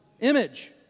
image